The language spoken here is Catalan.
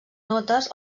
notes